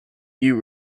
you